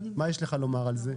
מה יש לך לומר על זה?